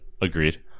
agreed